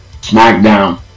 SmackDown